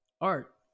art